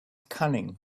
cunning